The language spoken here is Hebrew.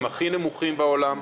הם הכי נמוכים בעולם,